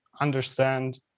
understand